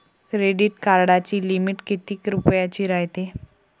Credit कार्डाची limit कितीक रुपयाची रायते?